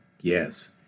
Yes